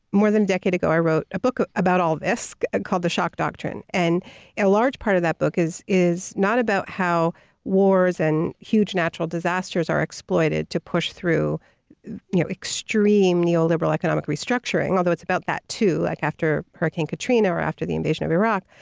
more than a decade ago, i wrote a book about all this called the shock doctrine. and a large part of that book is is not about how wars and huge natural disasters are exploited to push through you know extreme neoliberal economic restructuring although it's about that too like after hurricane katrina or after the invasion of iraq,